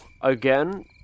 Again